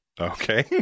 Okay